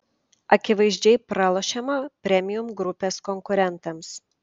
akivaizdžiai pralošiama premium grupės konkurentams